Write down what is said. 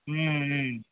ம் ம்